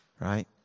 right